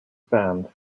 band